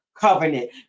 covenant